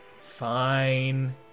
Fine